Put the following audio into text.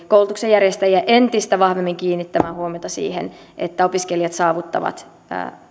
koulutuksen järjestäjiä entistä vahvemmin kiinnittämään huomiota siihen että opiskelijat saavuttavat